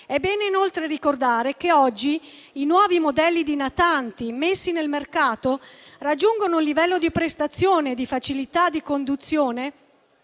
È bene inoltre ricordare che oggi i nuovi modelli di natanti immessi nel mercato raggiungono un livello di prestazioni e una facilità di conduzione